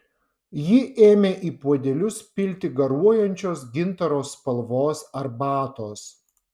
ji ėmė į puodelius pilti garuojančios gintaro spalvos arbatos